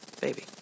baby